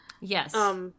Yes